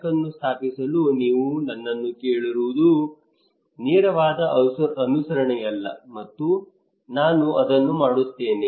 tank ಅನ್ನು ಸ್ಥಾಪಿಸಲು ನೀವು ನನ್ನನ್ನು ಕೇಳುವುದು ನೇರವಾದ ಅನುಸರಣೆಯಲ್ಲ ಮತ್ತು ನಾನು ಅದನ್ನು ಮಾಡುತ್ತೇನೆ